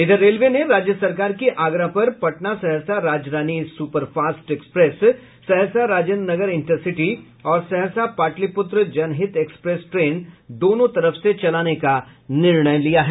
इधर रेलवे ने राज्य सरकार के आग्रह पर पटना सहरसा राजरानी सुपरफास्ट सहरसा राजेन्द्र नगर इंटरसिटी और सहरसा पाटलिपुत्रा जनहित एक्सप्रेस ट्रेन दोनों तरफ से चलाने का निर्णय लिया है